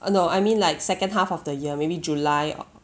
uh no I mean like second half of the year maybe july